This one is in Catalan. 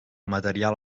material